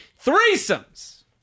threesomes